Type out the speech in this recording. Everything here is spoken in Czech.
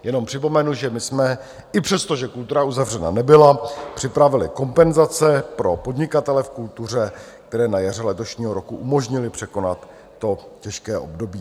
Jenom připomenu, že my jsme i přesto, že kultura uzavřena nebyla, připravili kompenzace pro podnikatele v kultuře, které na jaře letošního roku umožnily překonat to těžké období.